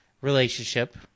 relationship